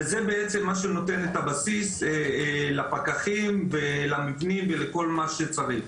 וזה בעצם מה שנותן את הבסיס לפקחים ולמבנים ולכל מה שצריך.